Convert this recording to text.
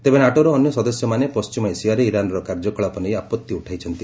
ତେବେ ନାଟୋର ଅନ୍ୟ ସଦସ୍ୟମାନେ ପଶ୍ଚିମ ଏସିଆରେ ଇରାନ୍ର କାର୍ଯ୍ୟକଳାପ ନେଇ ଆପଭି ଉଠାଇଛନ୍ତି